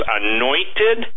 anointed